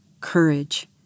courage